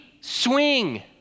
swing